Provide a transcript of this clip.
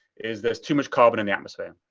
is there's too much carbon in the atmosphere.